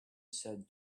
said